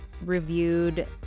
reviewed